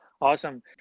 Awesome